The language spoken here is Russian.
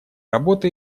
работы